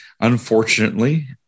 unfortunately